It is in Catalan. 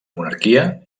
monarquia